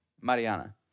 Mariana